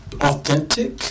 authentic